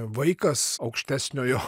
vaikas aukštesniojo